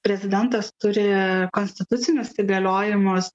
prezidentas turi konstitucinius įgaliojimus